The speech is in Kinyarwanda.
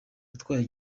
yatwaye